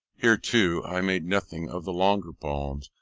here, too, i made nothing of the longer poems,